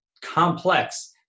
complex